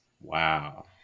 Wow